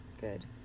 good